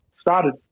started